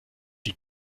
die